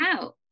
out